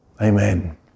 Amen